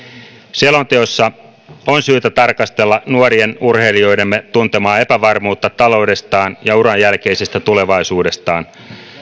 selonteossa on syytä tarkastella nuorien urheilijoidemme tuntemaa epävarmuutta taloudestaan ja uran jälkeisestä tulevaisuudestaan